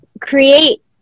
create